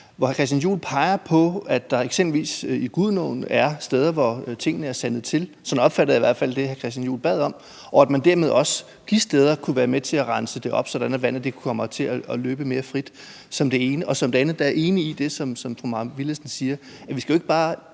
hr. Christian Juhl pegede på, at der eksempelvis i Gudenåen er steder, hvor tingene er sandet til – sådan opfattede jeg i hvert fald det, hr. Christian Juhl sagde – og at man dermed også de steder kunne være med til at rense det op, sådan at vandet kommer til at løbe mere frit. Det er det ene. Som det andet er jeg enig i det, som fru Maj Villadsen siger, om, at vi jo ikke bare